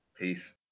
Peace